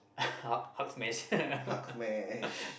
Hulk Hulk's